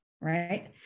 right